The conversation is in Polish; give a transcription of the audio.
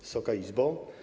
Wysoka Izbo!